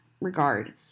regard